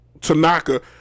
Tanaka